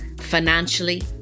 financially